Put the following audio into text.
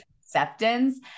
acceptance